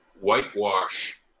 whitewash